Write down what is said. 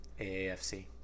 AAFC